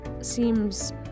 seems